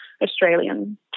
Australian